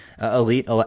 elite